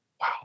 Wow